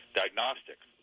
diagnostics